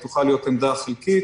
היא תוכל להיות עמדה חלקית.